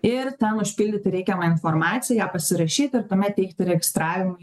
ir ten užpildyti reikiamą informaciją ją pasirašyti ir tuomet teikti registravimui